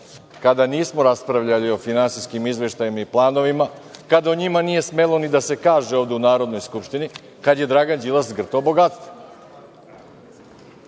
kada nismo raspravljali o finansijskim izveštajima i planovima, kada o njima nije smelo ni da se kaže ovde u Narodnoj skupštini, kada je Dragan Đilas zgrtao bogatstvo.